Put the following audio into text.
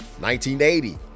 1980